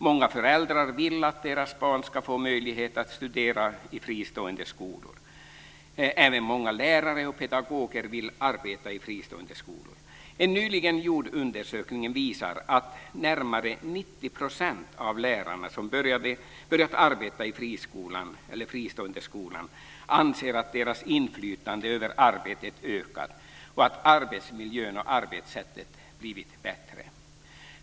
Många föräldrar vill att deras barn ska få möjlighet att studera i fristående skolor. Även många lärare och pedagoger vill arbeta i fristående skolor. En nyligen gjord undersökning visar att närmare 90 % av lärarna, som har börjat arbeta i fristående skolor, anser att deras inflytande över arbetet har ökat och att arbetsmiljön och arbetssättet har blivit bättre.